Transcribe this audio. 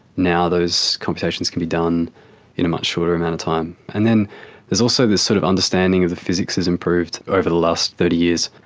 now those computations can be done in a much shorter amount of time. and then there's also this sort of understanding of the physics that has improved over the last thirty years.